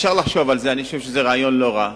אפשר לחשוב על זה, אני חושב שזה רעיון לא רע.